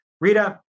Rita